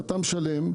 אתה משלם,